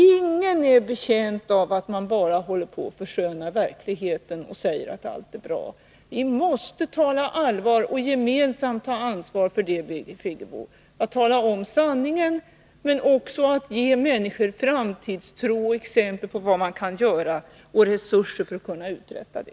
Ingen är betjänt av att man förskönar verkligheten och säger att allt är bra. Vi måste tala allvar och gemensamt ta ansvar för det. Vi skall tala om sanningen men också ge människor framtidstro, ge dem exempel på vad som kan göras och ställa resurser härför till förfogande.